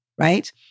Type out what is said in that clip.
right